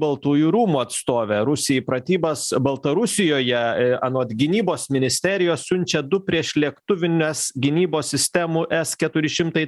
baltųjų rūmų atstovė rusija į pratybas baltarusijoje anot gynybos ministerijos siunčia du priešlėktuvinės gynybos sistemų s keturi šimtai